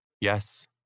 Yes